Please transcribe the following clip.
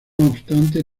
obstante